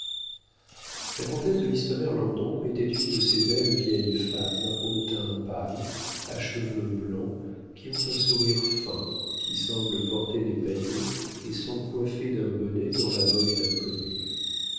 ci-devant comtesse de listomère landon la comtesse de listomère landon était une de ces belles vieilles femmes au teint pâle à cheveux blancs qui ont un sourire fin qui semblent porter des paniers et sont coiffées d'un bonnet dont la mode est inconnue